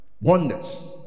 Wonders